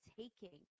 taking